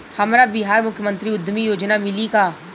हमरा बिहार मुख्यमंत्री उद्यमी योजना मिली का?